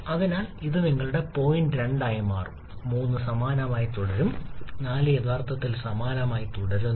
അതിനാൽ ഇത് നിങ്ങളുടെ പോയിന്റ് 2 ആയി മാറും 3 സമാനമായി തുടരും 4 യഥാർത്ഥത്തിൽ സമാനമായി തുടരുന്നു